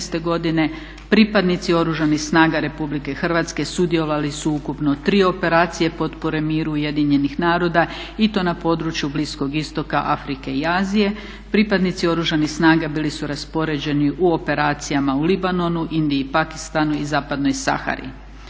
pripadnici Oružanih snaga Republike Hrvatske sudjelovali su u ukupno 3 operacije potpore miru Ujedinjenih naroda i to na području Bliskog istoka, Afrike i Azije. Pripadnici Oružanih snaga bili su raspoređeni u operacijama u Libanonu, Indiji, Paksitanu i zapadnoj Sahari.